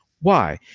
why?